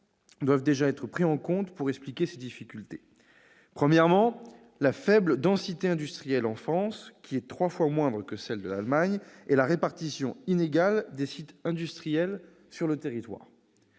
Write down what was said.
doivent être pris en compte pour expliquer ces difficultés : premièrement, la faible densité industrielle- elle est en France trois fois moindre qu'en Allemagne -et la répartition inégale des sites industriels sur notre territoire